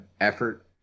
effort